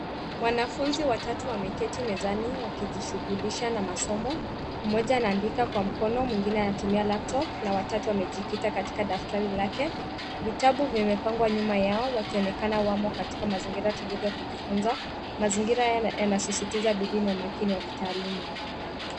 Wanafunzi watatu wameketi mezani wakijishungulisha na masomo. Mmoja anaandika kwa mkono, mwingine anatumia laptop na watatu amejikita katika daftari lake. Vitabu vimepangwa nyuma yao wakionekana wamo katika mazingira tulivu ya kujifunza. Mazingira yanasisitiza bidii na umakini wa kitaaluma.